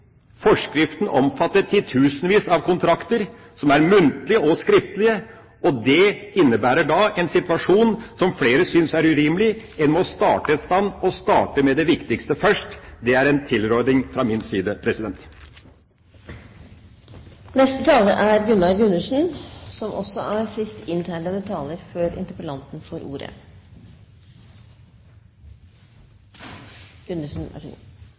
forskriften omfatte titusenvis av kontrakter, muntlige og skriftlige, og det innebærer en situasjon som flere synes er urimelig. En må starte et sted – og starte med det viktigste først. Det er en tilråding fra min side. Jeg vil takke interpellanten. Det er godt at det er noen som